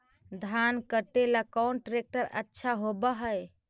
धान कटे ला कौन ट्रैक्टर अच्छा होबा है?